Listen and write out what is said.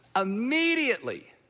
immediately